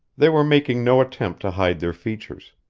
they were making no attempt to hide their features.